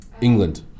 England